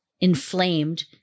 inflamed